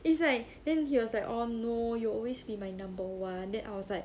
it's like then he was like all no you'll always be my number one then I was like